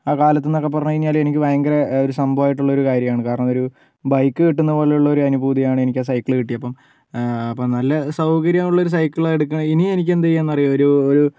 ആ കാലത്ത് എന്നൊക്കെ പറഞ്ഞുകഴിഞ്ഞാല് എനിക്ക് ഭയങ്കര ഒരു സംഭവായിട്ടുള്ളൊരു കാര്യമാണ് കാരണം ഒരു ബൈക്ക് കിട്ടുന്നത് പോലെ ഉള്ളൊരു അനുഭൂതിയാണ് എനിക്കാ സൈക്കിള് കിട്ടിയപ്പം ആ അപ്പം നല്ല സൗകര്യമുള്ളൊരു സൈക്കിളെടുക്കാൻ ഇനിയും എനിക്കെന്തു ചെയ്യണം എന്നറിയുമോ ഒരു ഒരു